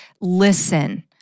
listen